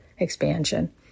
expansion